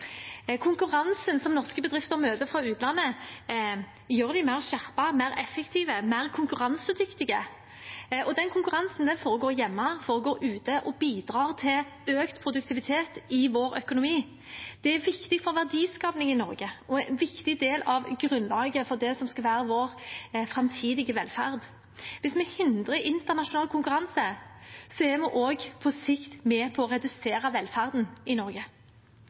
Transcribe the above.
Konkurransen som norske bedrifter møter fra utlandet, gjør dem mer skjerpede, mer effektive, mer konkurransedyktige, og den konkurransen foregår hjemme, den foregår ute, og den bidrar til økt produktivitet i vår økonomi. Det er viktig for verdiskapingen i Norge og er en viktig del av grunnlaget for det som skal være vår framtidige velferd. Hvis vi hindrer internasjonal konkurranse, er vi også på sikt med på å redusere velferden i Norge.